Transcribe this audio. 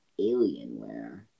Alienware